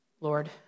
Lord